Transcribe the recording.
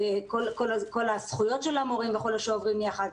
של כל זכויות המורים שעוברים יחד.